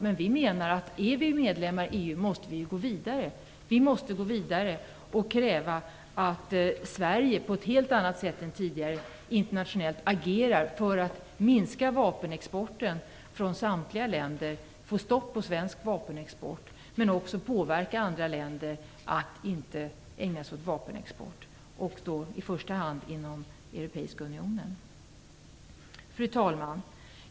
Men vi menar att om vi är medlemmar i EU, så måste vi gå vidare och kräva att Sverige på ett helt annat sätt än tidigare agerar internationellt för att minska vapenexporten från samtliga länder, få stopp på svensk vapenexport men också för att påverka andra länder att inte ägna sig åt vapenexport. Detta gäller då i första hand inom Europeiska unionen. Fru talman!